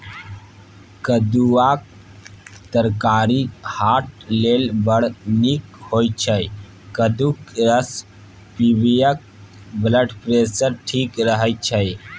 कद्दुआक तरकारी हार्ट लेल बड़ नीक होइ छै कद्दूक रस पीबयसँ ब्लडप्रेशर ठीक रहय छै